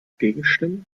gegenstimmen